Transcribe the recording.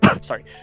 Sorry